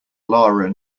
lara